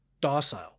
docile